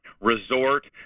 resort